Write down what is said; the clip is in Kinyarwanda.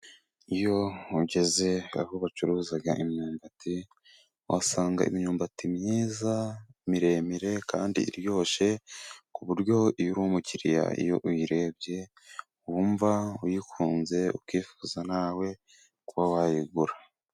Iyo ugeze aho bacuruza imyumbati, uhasanga imyumbati myiza miremire kandi iryoshye, ku buryo iyo umukiriya iyo uyirebye wumva uyikunze ukifuza nawe kuba wayigura.